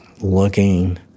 looking